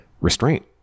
restraint